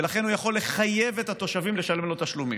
ולכן הוא יכול לחייב את התושבים לשלם לו תשלומים.